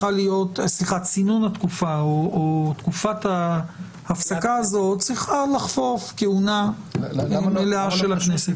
שצינון התקופה או תקופת ההפסקה הזו צריכה לחפוף כהונה מלאה של הכנסת.